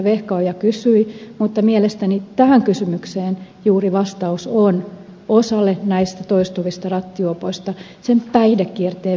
vehkaperä kysyi mutta mielestäni tähän kysymykseen juuri vastaus on osalle näistä toistuvista rattijuopoista sen päihdekierteen katkaisu viimeinkin